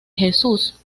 jesús